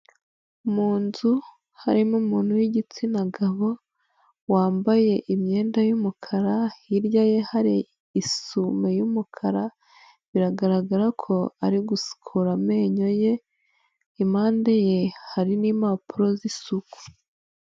Mu nzu harimo umuntu w'igitsina gabo wambaye imyenda y'umukara hirya ye hari isume y'umukara biragaragara ko ari gusukura amenyo ye, impande ye hari n'impapuro z'isuku.